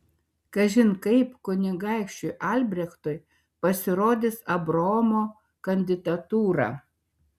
kažin kaip kunigaikščiui albrechtui pasirodys abraomo kandidatūra